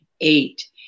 eight